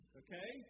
okay